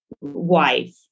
wife